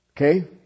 Okay